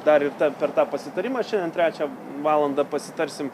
dar ir tą per tą pasitarimą šiandien trečią valandą pasitarsim